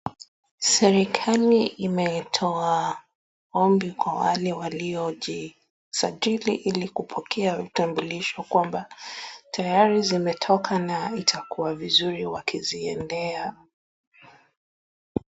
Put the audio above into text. Serikali imetoa ombi kwa wale ambao walijisajili ili kupokea kitambulisha kwamba tayari zimetoka na itakuwa vizuri wakiziendea.